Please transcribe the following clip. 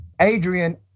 Adrian